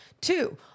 Two